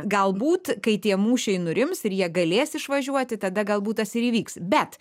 galbūt kai tie mūšiai nurims ir jie galės išvažiuoti tada galbūt tas ir įvyks bet